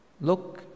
look